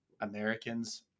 Americans